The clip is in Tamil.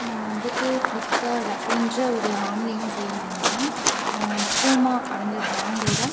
நான் வந்துட்டு ஃபிளிப்கார்டு அப்படின்ற ஒரு ஆன்லைன் செயலிமூலம் பூமா அந்த பிராண்டோடு